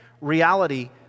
reality